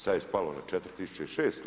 Sad je spalo na 4 600.